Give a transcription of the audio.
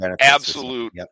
absolute